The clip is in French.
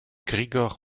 grigor